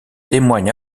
témoigne